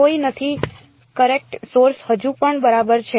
કોઈ નથી current source હજુ પણ બરાબર છે